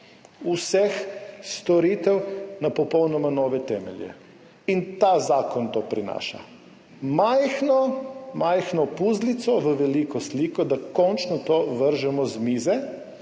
vseh storitev na popolnoma nove temelje. Ta zakon to prinaša, majhno majhno puzzlico v veliko sliko, da končno to vržemo z mize,